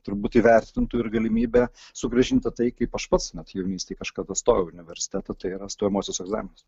turbūt įvertintų ir galimybę sugrąžint tą tai kaip aš pats jaunystėj kažkada stojau į universitetą tai yra stojamuosius egzaminus